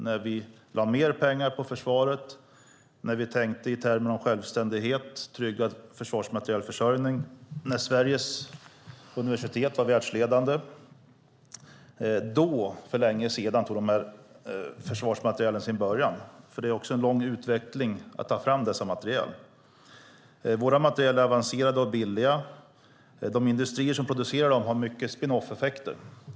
När vi lade mer pengar på försvaret, när vi tänkte i termer av självständighet och tryggad försvarsmaterielförsörjning, när Sveriges universitet var världsledande - det var då, för länge sedan, som vi började ta fram försvarsmateriel. Det är en lång utveckling. Vår materiel är avancerad och billig. De industrier som producerar den har mycket spin-off-effekter.